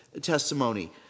testimony